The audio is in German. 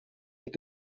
mit